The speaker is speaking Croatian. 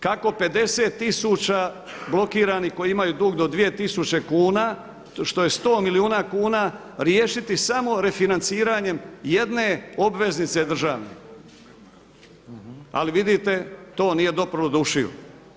Kako 50 tisuća blokiranih koji imaju dug do 2000 kuna što je 100 milijuna kuna riješiti samo refinanciranjem jedne obveznice državne, ali vidite to nije doprlo do ušiju.